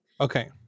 Okay